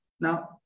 Now